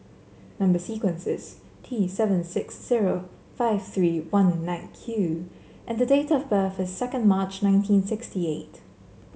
number sequence is T seven six zero five three one nine Q and date of birth is second March nineteen sixty eight